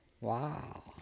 Wow